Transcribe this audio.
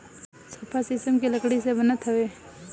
sofa शीशम के लकड़ी से बनत हवे